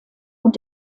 und